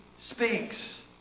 speaks